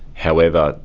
however,